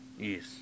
Yes